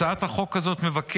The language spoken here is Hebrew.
הצעת החוק מבקשת